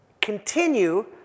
continue